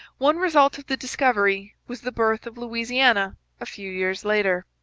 one result of the discovery was the birth of louisiana a few years later.